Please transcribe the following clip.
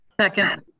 Second